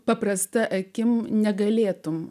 paprasta akim negalėtumei